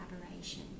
collaboration